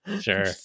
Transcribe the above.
Sure